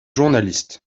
journaliste